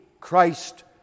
Christ